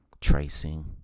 tracing